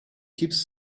keeps